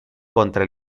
contra